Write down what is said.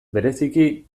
bereziki